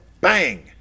Bang